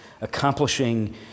accomplishing